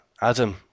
Adam